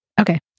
Okay